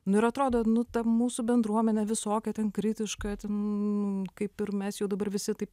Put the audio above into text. nu ir atrodo nu ta mūsų bendruomenė visokia ten kritiška ten kaip ir mes jau dabar visi taip